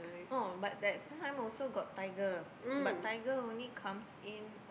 oh but that time also got tiger but tiger only comes in